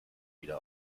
wieder